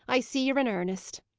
i see ye're in earnest,